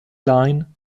line